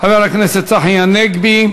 חבר הכנסת צחי הנגבי.